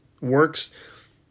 Works